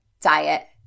diet